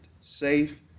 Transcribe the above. safe